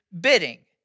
bidding